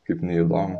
kaip neįdomu